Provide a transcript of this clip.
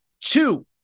Two